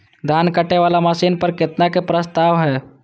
धान काटे वाला मशीन पर केतना के प्रस्ताव हय?